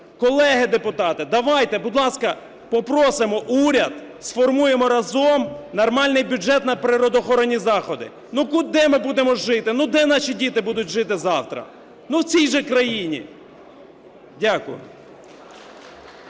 колеги депутати, давайте, будь ласка, попросимо уряд, сформуємо разом нормальний бюджет на природоохоронні заходи. Де ми будемо жити, де наші діти будуть жити завтра? В цій же країні! Дякую.